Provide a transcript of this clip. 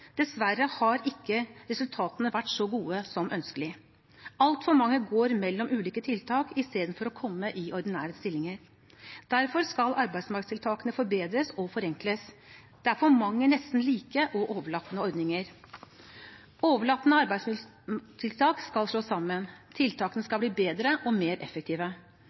Dessverre har ikke resultatene vært så gode som ønskelig. Altfor mange går mellom ulike tiltak istedenfor å komme i ordinære stillinger. Derfor skal arbeidsmarkedstiltakene forbedres og forenkles. Det er for mange nesten like og overlappende ordninger. Overlappende arbeidstiltak skal slås sammen. Tiltakene skal bli bedre og mer effektive.